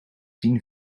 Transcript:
tien